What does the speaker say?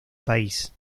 país